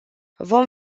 vom